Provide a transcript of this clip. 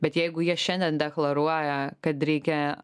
bet jeigu jie šiandien deklaruoja kad reikia